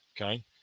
okay